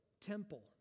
temple